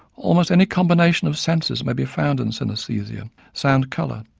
almost any combination of senses may be found in synaesthesia sound colour,